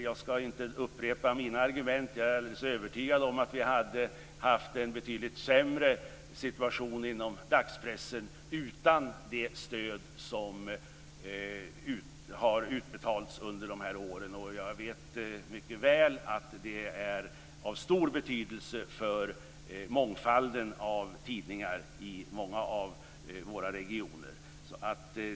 Jag ska inte upprepa mina argument. Jag är alldeles övertygad om att vi hade haft en betydligt sämre situation inom dagspressen utan det stöd som har utbetalats under de här åren. Jag vet mycket väl att det är av stor betydelse för mångfalden av tidningar i många av våra regioner.